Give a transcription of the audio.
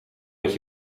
met